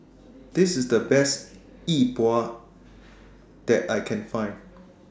This IS The Best Yi Bua that I Can Find